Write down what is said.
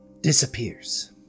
disappears